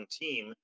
team